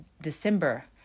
December